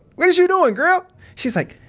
what is you doin', girl? she's like,